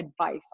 advice